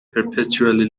perpetually